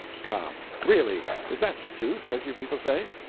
come really, is that sooth' as you people say?